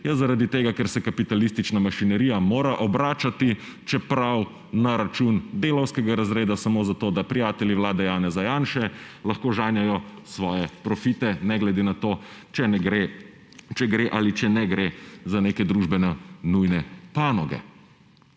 zaradi tega, ker se kapitalistična mašinerija mora obračati, čeprav na račun delavskega razreda samo zato, da prijatelji vlade Janeza Janše lahko žanjejo svoje profite, ne glede na to, če gre ali če ne gre za neke družbene nujne panoge.